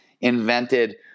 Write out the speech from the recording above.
invented